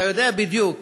אתה יודע בדיוק